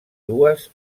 dues